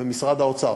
מרוכזות במשרד האוצר.